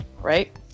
Right